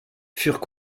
furent